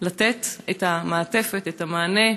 לתת את המעטפת, את המענה,